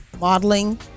modeling